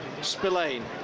Spillane